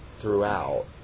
throughout